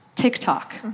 TikTok